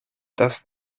das